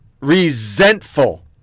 Resentful